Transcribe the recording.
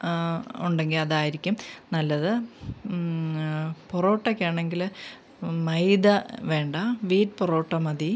ഉണ്ടെങ്കിൽ അതായിരിക്കും നല്ലത് പൊറോട്ടക്കാണെങ്കിൽ മൈദ വേണ്ട വീറ്റ് പൊറോട്ട മതി